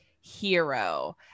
hero